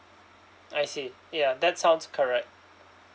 I see ya that's sounds correct